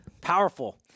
Powerful